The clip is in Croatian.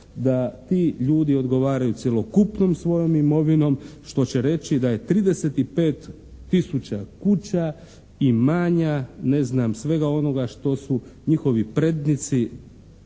da ti ljudi odgovaraju cjelokupnom svojom imovinom što će reći da je 35000 kuća, imanja, ne znam svega onoga što su njihovi prednici